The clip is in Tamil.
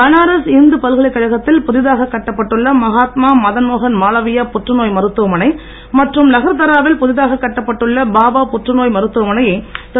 பனாரஸ் இந்து பல்கலைக்கழகத்தில் புதிதாக கட்டப்பட்டுள்ள மகாத்மா மதன்மோகன் மாளவியா புற்றுநோய் மருத்துவமனை மற்றும் லகர்தாராவில் புதிதாகக் கட்டப்பட்டுள்ள பாபா புற்றுநோய் மருத்துவமனையை திரு